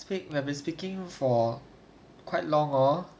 speak like been speaking for quite long orh